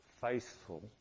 faithful